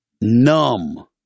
numb